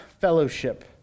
fellowship